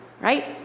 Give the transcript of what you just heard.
right